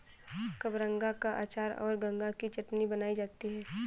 कबरंगा का अचार और गंगा की चटनी बनाई जाती है